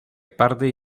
parte